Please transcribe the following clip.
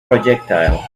projectile